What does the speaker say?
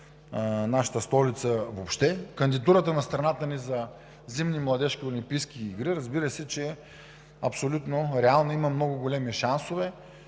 нашата столица въобще. Кандидатурата на страната ни за Зимни младежки олимпийски игри, разбира се, че е абсолютно реална и има много големи шансове